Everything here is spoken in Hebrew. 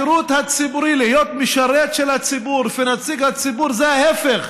להיות משרת של הציבור ונציג הציבור זה ההפך